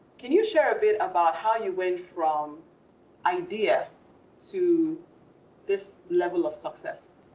can you share a bit about how you went from idea to this level of success?